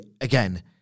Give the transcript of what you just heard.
again